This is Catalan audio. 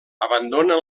abandona